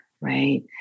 right